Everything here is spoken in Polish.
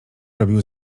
robił